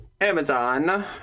Amazon